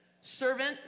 servant